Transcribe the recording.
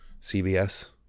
CBS